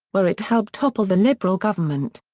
where it helped topple the liberal government.